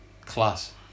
class